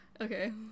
okay